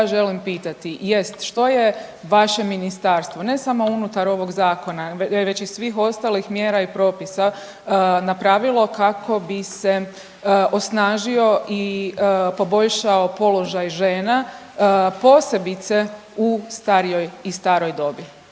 ja želim pitati jest što je vašem ministarstvu ne samo unutar ovog zakona već i svih ostalih mjera i propisa napravilo kako bi se osnažio i poboljšao položaj žena posebice u starijoj i staroj dobi.